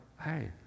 hey